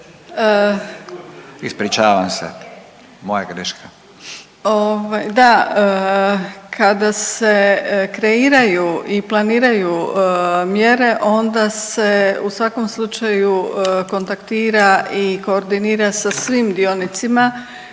Ispričavam se, moja greška.